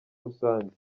rusange